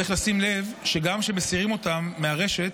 צריך לשים לב שגם כשמסירים אותם מהרשת